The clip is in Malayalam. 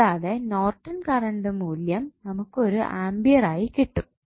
കൂടാതെ നോർട്ടൺ കറൻറ് മൂല്യം നമുക്ക് ഒരു ആമ്പിയർ ആയി കിട്ടും